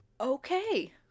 okay